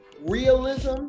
realism